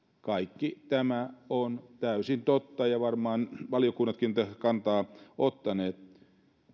kaikki tämä on täysin totta ja varmaan valiokunnatkin ovat tähän kantaa ottaneet